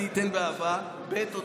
אני אתן באהבה, ב.